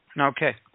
Okay